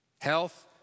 Health